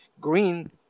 Green